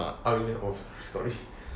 oh ya hor sorry